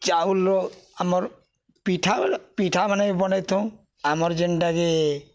ଚାଉଲ୍ ଆମର୍ ପିଠା ପିଠାମାନେ ବନେଇଥାଉଁ ଆମର୍ ଯେନ୍ଟାକି